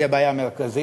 והיא הבעיה המרכזית,